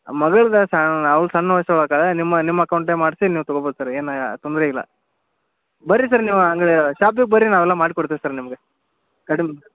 ಮಗಳದ್ದಾ ಸಾ ಅವ್ಳು ಸಣ್ಣ ವಯ್ಸ್ನೋಳು ಆಗ್ತಾಳೆ ನಿಮ್ಮ ನಿಮ್ಮ ಅಕೌಂಟೆ ಮಾಡಿಸಿ ನೀವು ತಗೋಬೋದು ಸರ್ ಏನು ತೊಂದರೆ ಇಲ್ಲ ಬನ್ರಿ ಸರ್ ನೀವು ಹಂಗೆ ಶಾಪಿಗೆ ಬನ್ರಿ ನಾವೆಲ್ಲ ಮಾಡ್ಕೊಡ್ತೀವಿ ಸರ್ ನಿಮಗೆ ಕಡಿಮೆ